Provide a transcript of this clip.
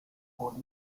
por